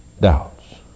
doubts